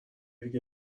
دیگه